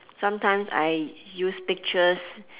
sometimes I use pictures